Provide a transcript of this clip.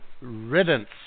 riddance